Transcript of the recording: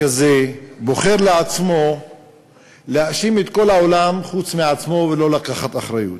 כזה בוחר לעצמו להאשים את כל העולם חוץ מעצמו ולא לקחת אחריות.